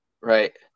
Right